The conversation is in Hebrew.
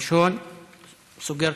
איימן עודה,